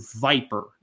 Viper